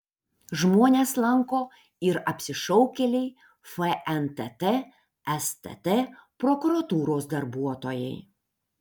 žmones lanko ir apsišaukėliai fntt stt prokuratūros darbuotojai